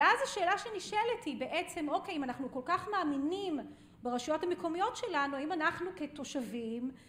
אז השאלה שנשאלת היא בעצם אוקיי, אם אנחנו כל כך מאמינים ברשויות המקומיות שלנו, האם אנחנו כתושבים